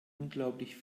unglaublich